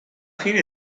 fine